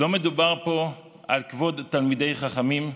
לא מדובר פה על כבוד תלמידי חכמים,